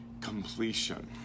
completion